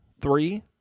three